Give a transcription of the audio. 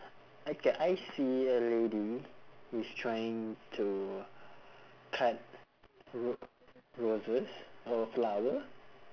okay I see a lady is trying to cut ro~ roses or a flower